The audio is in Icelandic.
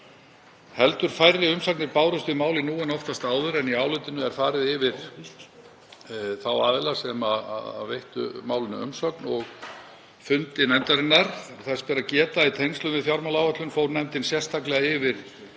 Heldur færri umsagnir bárust um málið nú en oftast áður en í álitinu er farið yfir þá aðila sem veittu málinu umsögn og fundi nefndarinnar. Þess ber að geta að í tengslum við fjármálaáætlun fór nefndin sérstaklega yfir